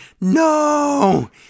No